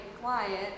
client